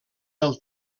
del